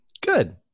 Good